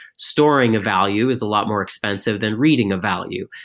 storing a value is a lot more expensive than reading a value,